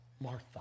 Martha